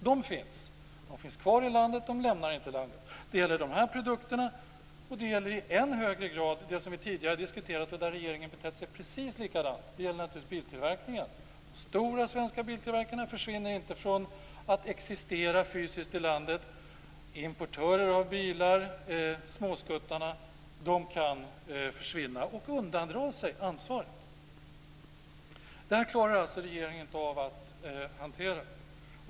De finns kvar i landet, de lämnar inte landet. Det gäller de här produkterna, men det gäller i än högre grad det som vi tidigare diskuterade, där regeringen betedde sig precis likadant, dvs. biltillverkningen. De stora svenska biltillverkarna slutar inte att existera fysiskt i landet. Importörer av bilar, småskuttarna, kan försvinna och undandra sig ansvaret. Det här klarar regeringen alltså inte av att hantera.